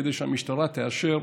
כדי שהמשטרה תאשר.